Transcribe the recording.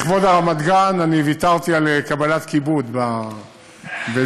לכבוד הרמדאן ויתרתי על קבלת כיבוד בג'סר,